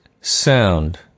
sound